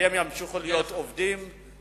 והם ימשיכו להיות עובדים,